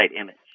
image